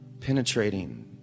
penetrating